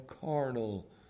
carnal